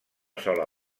sola